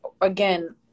again